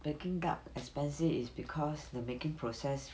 peking duck expensive is because the making process